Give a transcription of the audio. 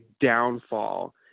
downfall